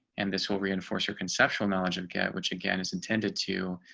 and this will reinforce your conceptual knowledge and get which again is intended to